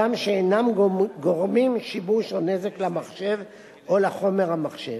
הגם שאינם גורמים שיבוש או נזק למחשב או לחומר המחשב.